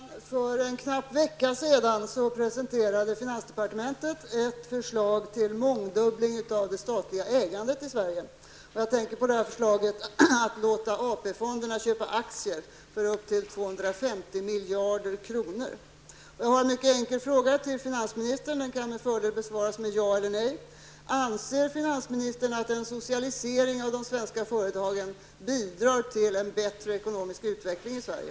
Herr talman! För en knapp vecka sedan presenterade finansdepartementet ett förslag till mångdubbling av det statliga ägandet i Sverige. Jag tänker på förslaget att låta AP-fonderna köpa aktier för upp till 250 miljarder kronor. Jag har en mycket enkel fråga till finansminister; den kan med fördel besvaras med ja eller nej. Anser finansministern att en socialisering av de svenska företagen bidrar till en bättre ekonomisk utveckling i Sverige?